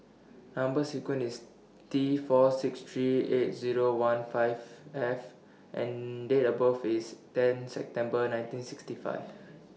Number sequence IS T four six three eight Zero one five F and Date of birth IS ten September nineteen sixty five